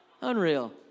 Unreal